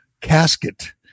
casket